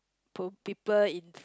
put people in